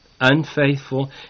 unfaithful